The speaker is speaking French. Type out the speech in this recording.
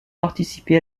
participé